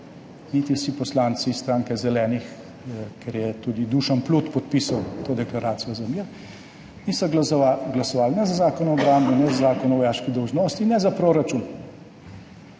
Niti vsi poslanci stranke Zelenih, ker je tudi Dušan Plut podpisal to Deklaracijo za mir, niso glasovali ne za zakon o obrambi, ne za zakon o vojaški dolžnosti, ne za proračun.